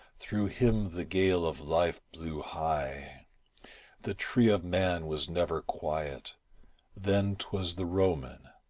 through him the gale of life blew high the tree of man was never quiet then twas the roman,